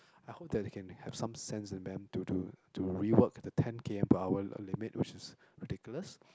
I hope that they can have some sense in them to to to rework the ten K_M per hour uh l~ limit which is ridiculous